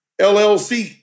LLC